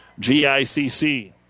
GICC